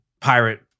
pirate